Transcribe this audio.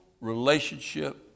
relationship